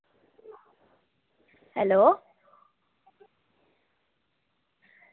hello